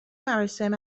مراسم